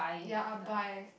ya ah buy